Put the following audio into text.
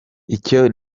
icyo